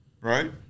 right